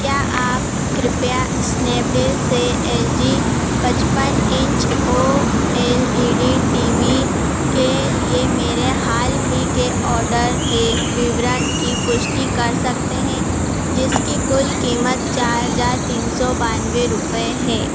क्या आप कृपया स्नैपडील से एल जी पचपन inch O L E D T V के लिए मेरे हाल ही के ऑर्डर के विवरण की पुष्टि कर सकते हैं जिसकी कुल कीमत चार हजार तीन सौ बानवे रुपये है